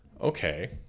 Okay